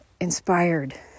inspired